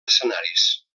escenaris